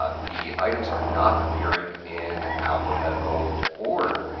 ah the items are not appearing in alphabetical order.